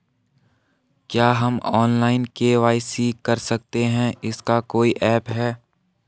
क्या हम online KYC कर सकते हैं इसका कोई ऐप है?